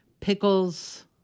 pickles